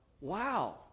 Wow